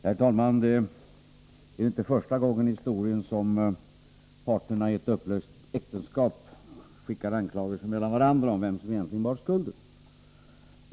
Herr talman! Det är inte första gången i historien som parterna i ett upplöst äktenskap skickar anklagelser mellan varandra om vem som egentligen bär skulden till skilsmässan.